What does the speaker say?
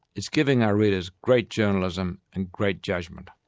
it's giving our readers great journalism and great judgment.